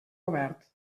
obert